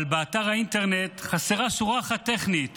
אבל באתר האינטרנט חסרה שורה אחת טכנית